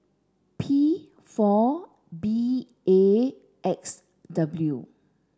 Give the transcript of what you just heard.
P four B A X W